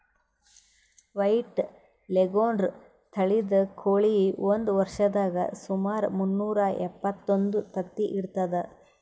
white Leghorn ತಳಿದ್ ಕೋಳಿ ಒಂದ್ ವರ್ಷದಾಗ್ ಸುಮಾರ್ ಮುನ್ನೂರಾ ಎಪ್ಪತ್ತೊಂದು ತತ್ತಿ ಇಡ್ತದ್